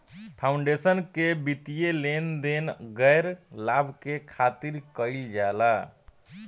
foundation के वित्तीय लेन देन गैर लाभ के खातिर कईल जाला